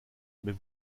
mais